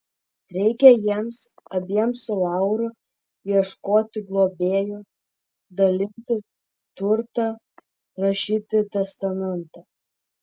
reikia jiems abiems su lauru ieškoti globėjo dalinti turtą rašyti testamentą